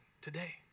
today